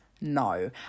no